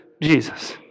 Jesus